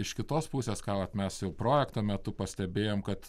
iš kitos pusės ką vat mes jau projekto metu pastebėjom kad